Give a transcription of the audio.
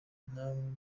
namwe